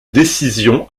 décision